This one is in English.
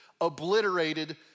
obliterated